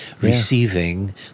receiving